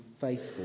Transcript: faithful